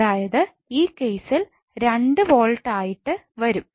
അതായത് ഈ കേസിൽ രണ്ട് വോൾട് ആയിട്ട് വരും